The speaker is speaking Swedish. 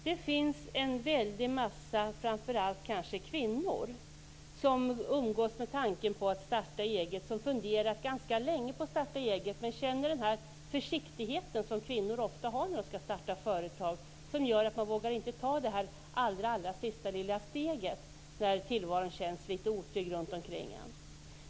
Herr talman! Det finns en väldig massa människor, framför allt kvinnor, som umgås med tankar på att starta eget och som har funderat ganska länge på det. Men många känner en försiktighet, som kvinnor ofta gör, när de skall starta företag, och det gör att de inte vågar ta det allra sista steget när tillvaron känns otrygg runt omkring.